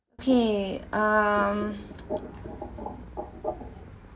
okay um